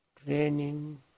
training